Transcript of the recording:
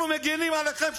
אנחנו מגינים עליכם,